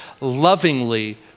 lovingly